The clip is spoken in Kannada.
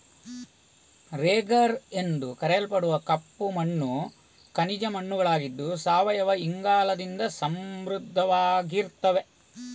ರೆಗರ್ ಎಂದು ಕರೆಯಲ್ಪಡುವ ಕಪ್ಪು ಮಣ್ಣುಗಳು ಖನಿಜ ಮಣ್ಣುಗಳಾಗಿದ್ದು ಸಾವಯವ ಇಂಗಾಲದಿಂದ ಸಮೃದ್ಧವಾಗಿರ್ತವೆ